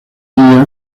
día